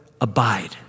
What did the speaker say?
abide